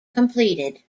completed